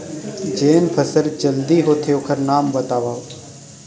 जेन फसल जल्दी होथे ओखर नाम बतावव?